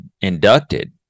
inducted